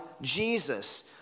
Jesus